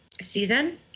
season